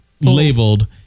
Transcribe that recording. labeled